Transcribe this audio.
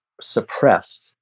suppressed